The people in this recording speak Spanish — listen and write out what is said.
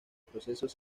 procesos